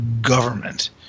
government